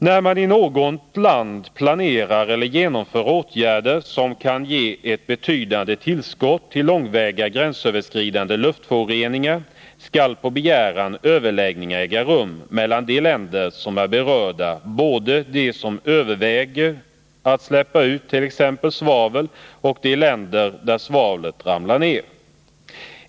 När man i något land planerar eller genomför åtgärder som kan ge ett betydande tillskott till långväga gränsöverskridande luftföroreningar skall på begäran överläggningar äga rum mellan de länder som är berörda, både de som överväger att släppa ut t.ex. svavel och de länder där svavlet ramlar ner.